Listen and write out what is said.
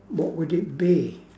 what would it be